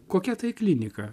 kokia tai klinika